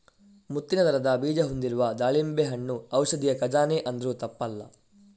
ಮುತ್ತಿನ ತರದ ಬೀಜ ಹೊಂದಿರುವ ದಾಳಿಂಬೆ ಹಣ್ಣು ಔಷಧಿಯ ಖಜಾನೆ ಅಂದ್ರೂ ತಪ್ಪಲ್ಲ